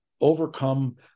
overcome